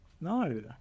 No